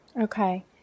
Okay